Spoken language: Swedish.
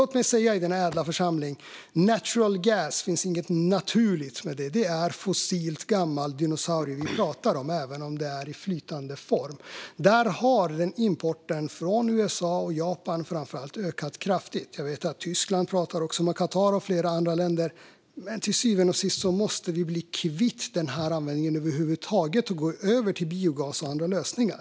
Låt mig säga detta i denna ädla församling. Det är gammal fossil dinosaurie vi talar om även om det är i flytande form. Där har importen från USA och framför allt Japan ökat kraftigt. Jag vet att Tyskland också talar med Qatar och flera andra länder. Till syvende och sist måste vi bli kvitt detta över huvud taget och gå över till biogas och andra lösningar.